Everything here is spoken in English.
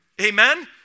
Amen